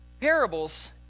Parables